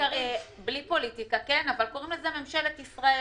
בלי פוליטיקה, אבל קוראים לזה ממשלת ישראל.